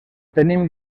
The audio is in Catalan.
tenim